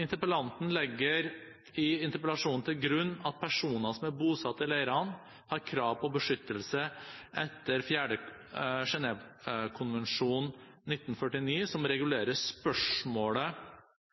Interpellanten legger i interpellasjonen til grunn at personer som er bosatt i leirene, har krav på beskyttelse etter den 4. Genèvekonvensjonen av 1949, som regulerer